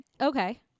Okay